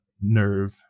Nerve